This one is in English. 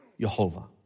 Yehovah